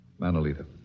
Manolita